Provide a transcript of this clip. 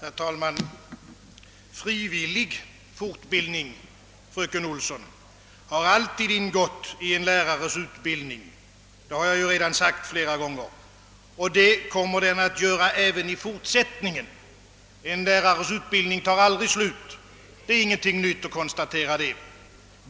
Herr talman! Frivillig utbildning, fröken Olsson, har alltid ingått i en lärares utbildning — det har jag redan sagt flera gånger — och det kommer den att göra även i fortsättningen. En lärares utbildning tar aldrig slut. Det är ingenting nytt att konstatera detta.